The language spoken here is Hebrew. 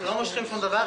אנחנו לא מושכים שום דבר.